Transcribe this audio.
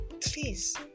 Please